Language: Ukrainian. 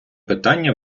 питання